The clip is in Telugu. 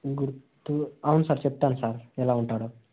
గుర్తు అవును సార్ చెప్తాను సార్ ఎలా ఉంటాడో